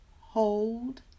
hold